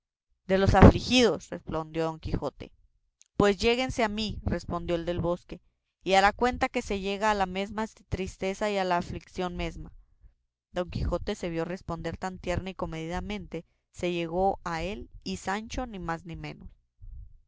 de los afligidos respondió don quijote pues lléguese a mí respondió el del bosque y hará cuenta que se llega a la mesma tristeza y a la aflición mesma don quijote que se vio responder tan tierna y comedidamente se llegó a él y sancho ni más ni menos